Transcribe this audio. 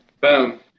Boom